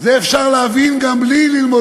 זה בסדר.